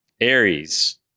Aries